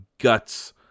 guts